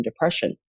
depression